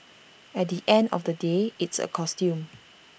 at the end of the day it's A costume